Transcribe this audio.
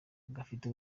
gafite